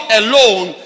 alone